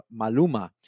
Maluma